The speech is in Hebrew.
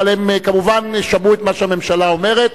אבל הם כמובן שמעו את מה שהממשלה אומרת.